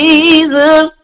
Jesus